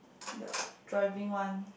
the driving one